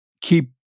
keep